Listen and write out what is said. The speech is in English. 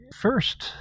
first